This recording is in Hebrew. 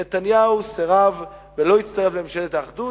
נתניהו סירב ולא הצטרף לממשלת האחדות.